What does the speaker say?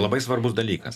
labai svarbus dalykas